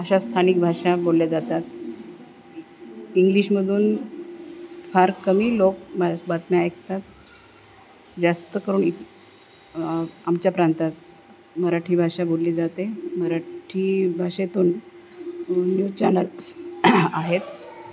अशा स्थानिक भाषा बोलल्या जातात इंग्लिशमधून फार कमी लोक बा बातम्या ऐकतात जास्त करून इ आमच्या प्रांतात मराठी भाषा बोलली जाते मराठी भाषेतून न्यूज चॅनल्स आहेत